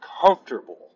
comfortable